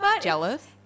jealous